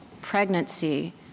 pregnancy